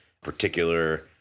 particular